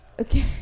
okay